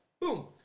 Boom